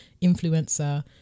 influencer